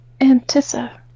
Antissa